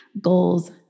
Goals